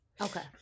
Okay